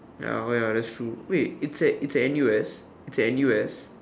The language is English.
ya ya ya that's true wait it's at it's at N_U_S it's N_U_S